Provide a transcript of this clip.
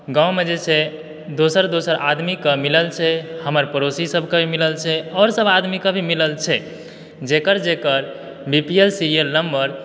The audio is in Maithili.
गाँवमे जे छै दोसर दोसर आदमीक मिलल छै हमर पड़ोसी सभके भी मिलल छै आओरसभ आदमीके भी मिलल छै जेकर जेकर B P L serial number